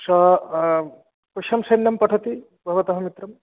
सः कस्यां शाल्यां पठति भवतः मित्रं